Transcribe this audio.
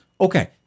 Okay